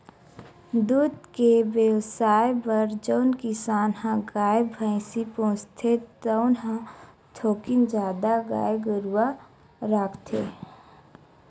दूद के बेवसाय बर जउन किसान ह गाय, भइसी पोसथे तउन ह थोकिन जादा गाय गरूवा राखथे